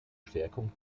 stärkung